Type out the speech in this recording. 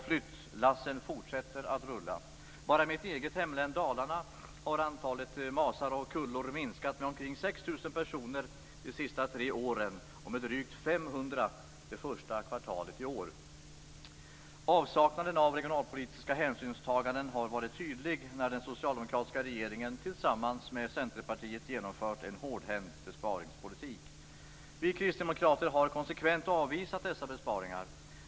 Flyttlassen fortsätter att rulla. Bara i mitt hemlän Dalarna har antalet masar och kullor minskat med omkring 6 000 personer under de senaste tre åren och med drygt 500 under första kvartalet i år. Avsaknaden av regionalpolitiska hänsynstaganden har varit tydlig när den socialdemokratiska regeringen tillsammans med Centerpartiet genomfört en hårdhänt besparingspolitik. Vi kristdemokrater har konsekvent avvisat dessa besparingar.